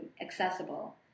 accessible